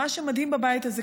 מה שמדהים בבית הזה,